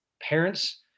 parents